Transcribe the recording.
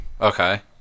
Okay